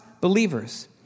believers